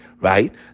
right